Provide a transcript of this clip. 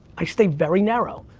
i stay very narrow,